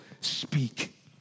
speak